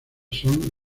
son